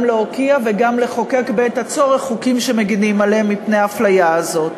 גם להוקיע וגם לחוקק בעת הצורך חוקים שמגינים עליהם מפני האפליה הזאת.